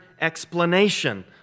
explanation